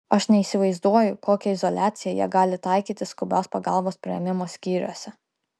aš neįsivaizduoju kokią izoliaciją jie gali taikyti skubios pagalbos priėmimo skyriuose